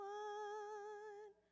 one